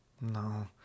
no